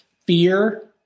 fear